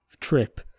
trip